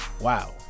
wow